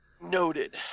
Noted